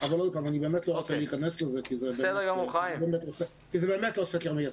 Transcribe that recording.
אני לא רוצה להיכנס לזה כי זה באמת לא סקר מייצג.